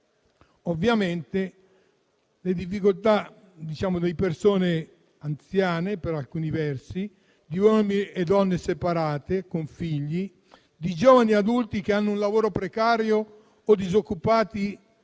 maggiormente in difficoltà è quello di persone anziane per alcuni versi, di uomini e donne separate con figli, di giovani adulti che hanno un lavoro precario o disoccupati